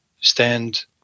stand